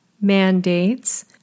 mandates